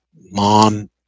mom